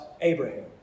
Abraham